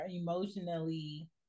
emotionally